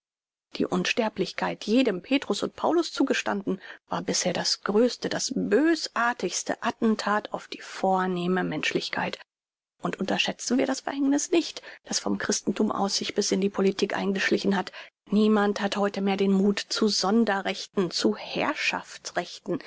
die unsterblichkeit jedem petrus und paulus zugestanden war bisher das größte das bösartigste attentat auf die vornehme menschlichkeit und unterschätzen wir das verhängniß nicht das vom christenthum aus sich bis in die politik eingeschlichen hat niemand hat heute mehr den muth zu sonderrechten zu